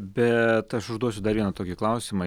bet aš užduosiu dar vieną tokį klausimą